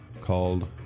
called